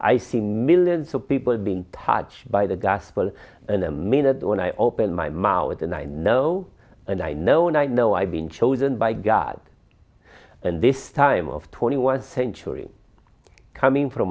i see millions of people being touched by the gospel and a minute when i open my mouth and i know and i know now i know i've been chosen by god and this time of twenty was century coming from